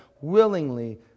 willingly